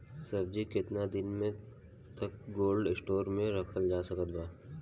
सब्जी केतना दिन तक कोल्ड स्टोर मे रखल जा सकत बा?